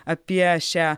apie šią